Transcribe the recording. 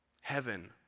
heaven